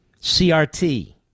CRT